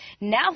now